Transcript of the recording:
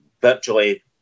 virtually